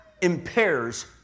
impairs